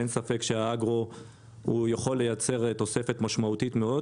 אין ספק שהאגרו יכול לייצר תוספת משמעותית מאוד,